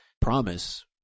promise